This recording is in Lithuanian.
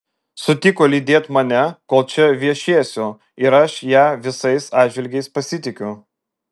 sutiko lydėt mane kol čia viešėsiu ir aš ja visais atžvilgiais pasitikiu